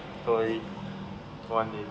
don't worry one day